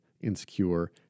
insecure